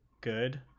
good